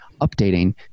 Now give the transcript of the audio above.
updating